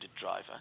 driver